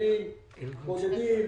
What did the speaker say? במסתננים בודדים